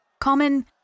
Common